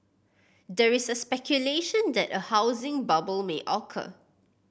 there's a speculation that a housing bubble may occur